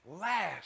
last